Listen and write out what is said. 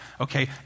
okay